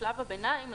בשלב הביניים,